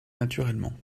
naturellement